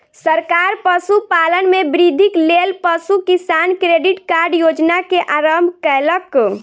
सरकार पशुपालन में वृद्धिक लेल पशु किसान क्रेडिट कार्ड योजना के आरम्भ कयलक